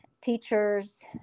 teachers